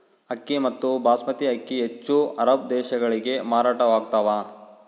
ಅಕ್ಕಿ ಮತ್ತು ಬಾಸ್ಮತಿ ಅಕ್ಕಿ ಹೆಚ್ಚು ಅರಬ್ ದೇಶಗಳಿಗೆ ಮಾರಾಟವಾಗ್ತಾವ